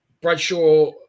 Bradshaw